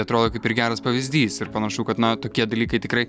atrodo kaip ir geras pavyzdys ir panašu kad na tokie dalykai tikrai